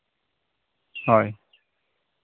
ᱦᱳᱭ